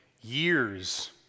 years